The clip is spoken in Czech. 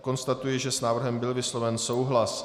Konstatuji, že s návrhem byl vysloven souhlas.